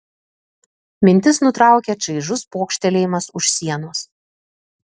mintis nutraukė čaižus pokštelėjimas už sienos